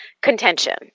contention